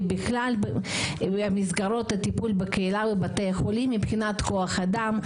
בכלל במסגרות הטיפול בקהילה ובתי החולים מבחינת כוח אדם,